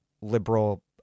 liberal